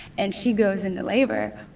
and she goes into labor,